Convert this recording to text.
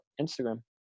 instagram